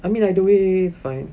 I mean either way it's fine